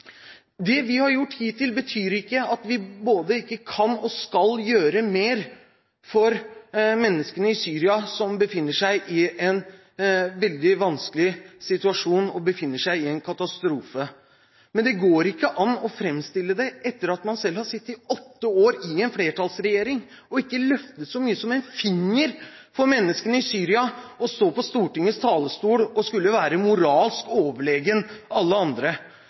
Det vi har gjort hittil, betyr ikke at vi ikke både kan og skal gjøre mer for menneskene i Syria, som befinner seg i en veldig vanskelig situasjon, som befinner seg i en katastrofe. Men det går ikke an å framstille det slik – etter at man selv har sittet åtte år i en flertallsregjering og ikke løftet så mye som en finger for menneskene i Syria – og stå på Stortingets talerstol og skulle være moralsk overlegen alle andre.